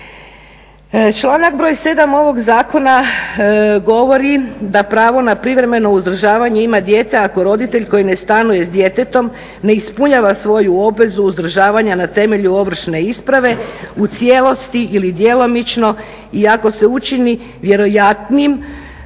Članak broj 7. ovog zakona govori da pravo na privremeno uzdržavanje ima dijete ako roditelj koji ne stanuje sa djetetom ne ispunjava svoju obvezu uzdržavanja na temelju ovršne isprave u cijelosti ili djelomično i ako se učini vjerojatnim.